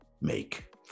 make